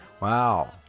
Wow